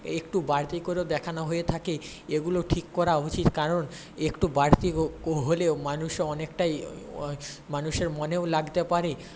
এই একটু বাড়তি করেও দেখানো হয়ে থাকে এগুলো ঠিক করা উচিৎ কারণ একটু বাড়তি হলেও মানুষ অনেকটাই মানুষের মনেও লাগতে পারে